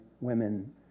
women